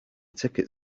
ticket